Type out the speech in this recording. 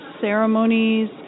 ceremonies